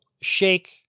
shake